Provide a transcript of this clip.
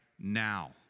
now